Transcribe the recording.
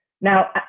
Now